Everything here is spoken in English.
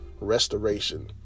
restoration